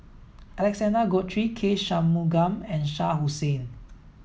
Alexander Guthrie K Shanmugam and Shah Hussain